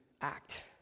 act